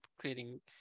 creating